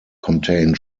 contain